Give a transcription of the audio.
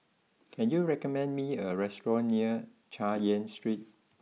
can you recommend me a restaurant near Chay Yan Street